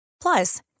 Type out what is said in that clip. Plus